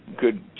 good